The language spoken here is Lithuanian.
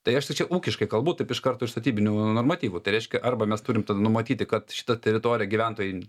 tai aš tai čia ūkiškai kalbu taip iš karto iš statybinių normatyvų tai reiškia arba mes turim tada numatyti kad šita teritorija gyventojai